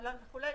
המל"ל וכולי,